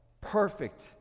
perfect